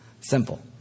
Simple